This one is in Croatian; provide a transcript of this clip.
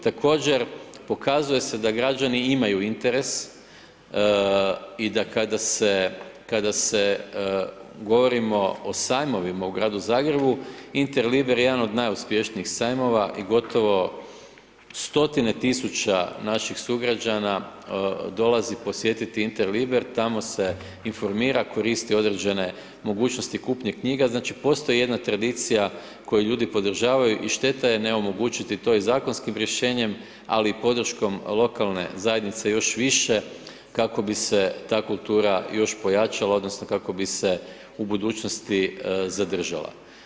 Također pokazuje se da građanima imaju interes i da kada se govorimo o sajmovima u gradu Zagrebu, Interliber je jedan od najuspješnijih sajmova i gotovo stotine tisuća naših sugrađana dolazi posjetiti Interliber, tamo se informira, koristi određene mogućnosti kupnje knjiga, znači postoji jedna tradicija koju ljudi podržavaju i šteta je ne omogućiti to i zakonskim rješenjem, ali i podrškom lokalne zajednice još više, kako bi se ta kultura još pojačala, odnosno kako bi se u budućnosti zadržala.